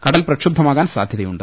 കടൽ പ്രക്ഷുബ്ധമാകാൻ സാധ്യത യുണ്ട്